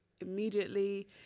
immediately